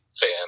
fan